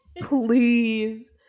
Please